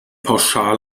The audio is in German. pauschal